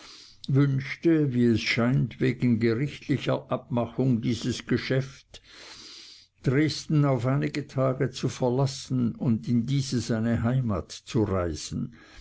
wünschte wie es scheint wegen gerichtlicher abmachung dieses geschäfts dresden auf einige tage zu verlassen und in diese seine heimat zu reisen